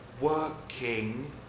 working